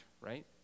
right